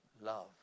love